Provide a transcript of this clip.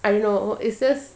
I don't know it's just